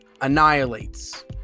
annihilates